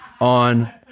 on